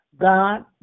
God